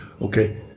Okay